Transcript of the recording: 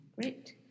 Great